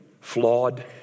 flawed